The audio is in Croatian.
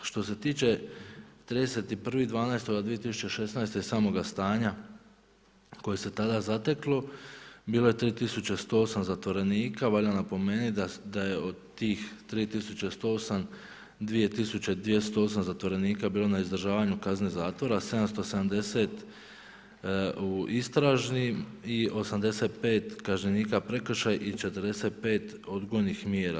Što se tiče 31.12.2016. i samog stanja koje se tada zateklo, bilo je 3 108 zatvorenika, valja napomenuti da je od 3 108, 2 208 zatvorenika bilo na izdržavanju kazne zatvora, 770 u istražnim i 85 kažnjenika prekršaj i 45 odgojnih mjera.